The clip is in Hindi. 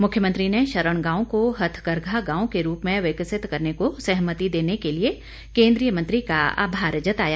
मुख्यमंत्री ने शरण गांव को हथकरघा गांव के रूप में विकसित करने को सहमति देने के लिए केन्द्रीय मंत्री का आभार जताया